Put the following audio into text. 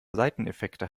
seiteneffekte